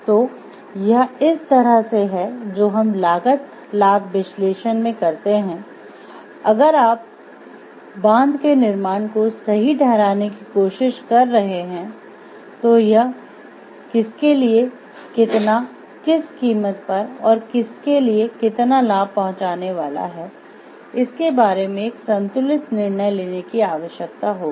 तो यह इस तरह से है जो हम लागत लाभ विश्लेषण में करते हैं अगर आप बांध के निर्माण को सही ठहराने की कोशिश कर रहे हैं तो यह किसके लिए कितना किस कीमत पर और किसके लिए कितना लाभ पहुंचाने वाला है इसके बारे में एक संतुलित निर्णय लेने कि आवश्यकता होगी